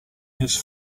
his